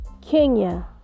Kenya